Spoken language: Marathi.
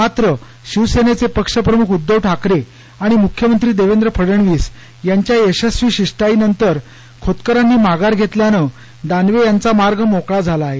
मात्र शिवसेनेचे पक्ष प्रमुख उद्धव ठाकरे आणि मुख्यमंत्री देवेंद्र फडणवीस यांच्या यशस्वी शिष्टाईनंतर खोतकरांनी माघार घेतल्यानं दानवे यांचा मार्ग मोकळा झाला आहे